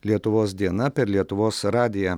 lietuvos diena per lietuvos radiją